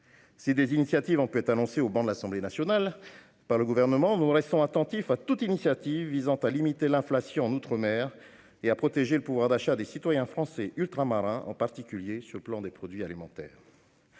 Si des annonces ont pu être faites par le Gouvernement au banc de l'Assemblée nationale, nous restons attentifs à toute initiative visant à limiter l'inflation en outre-mer et à protéger le pouvoir d'achat des citoyens français ultramarins, en particulier sur le plan des produits alimentaires.